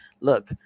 look